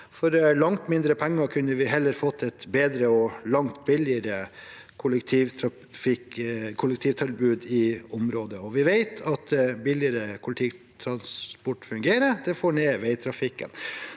For langt mindre penger kunne vi heller fått et bedre og langt billigere kollektivtilbud i området. Vi vet at billigere kollektivtransport fungerer, det får ned veitrafikken.